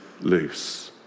loose